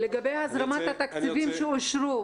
לגבי הזרמת התקציבים שאושרו,